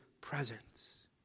presence